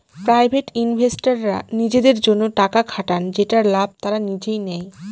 private ইনভেস্টররা নিজেদের জন্য টাকা খাটান যেটার লাভ তারা নিজেই নেয়